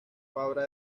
fabra